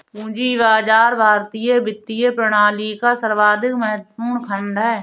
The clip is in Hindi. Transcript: पूंजी बाजार भारतीय वित्तीय प्रणाली का सर्वाधिक महत्वपूर्ण खण्ड है